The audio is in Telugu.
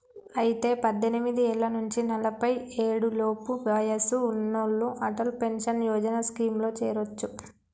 అయితే పద్దెనిమిది ఏళ్ల నుంచి నలఫై ఏడు లోపు వయసు ఉన్నోళ్లు అటల్ పెన్షన్ యోజన స్కీమ్ లో చేరొచ్చు